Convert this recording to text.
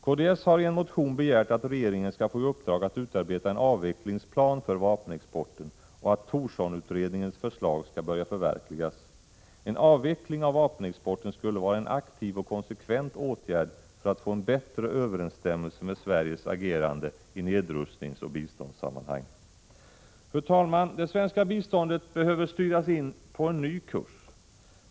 KDS har i en motion begärt att regeringen skall få i uppdrag att utarbeta en avvecklingsplan för vapenexporten och att Thorssonutredningens förslag skall börja förverkligas. En avveckling av vapenexporten skulle vara en aktiv och konsekvent åtgärd för att få en bättre överensstämmelse mellan Sveriges agerande i nedrustningsoch biståndssammanhang. Fru talman! Det svenska biståndet behöver styras in på en ny kurs.